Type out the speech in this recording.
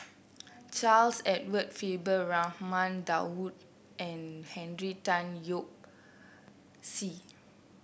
Charles Edward Faber Raman Daud and Henry Tan Yoke See